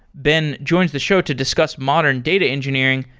ben joins the show to discuss modern data engineering,